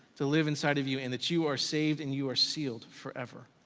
to live inside of you, and that you are saved and you are sealed forever.